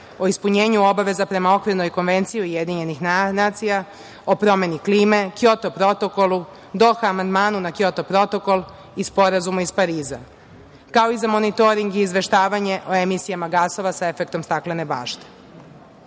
o ispunjenju obaveza prema Okvirnoj konvenciji UN o promeni klime, Kjoto protokolu, Doha amandmanu na Kjoto protokol i Sporazuma iz Pariza, kao i za monitoring i izveštavanje o emisijama gasova sa efektom staklene bašte.U